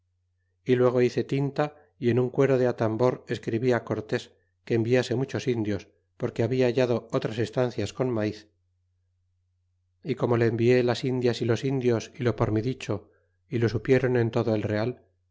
y luego hice tinta y en un cuero de atambor escribí á cortes que enviase muchos indios porque habla hallado otras estancias con maiz y como le envie las indias y los indios y lo por mi dicho y lo supieron en todo el real